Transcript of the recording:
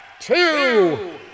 two